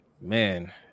man